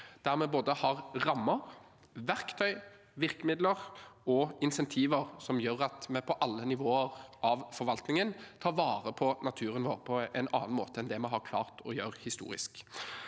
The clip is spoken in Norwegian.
der vi har både rammer, verktøy, virkemidler og insentiver som gjør at vi på alle nivåer av forvaltningen tar vare på naturen vår på en annen måte enn det vi har klart å gjøre historisk.